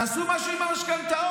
תעשו משהו עם המשכנתאות,